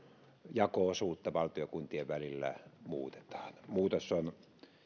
jako osuutta valtion ja kuntien välillä muutetaan muutos on